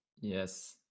Yes